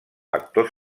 actor